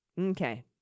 Okay